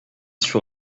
sur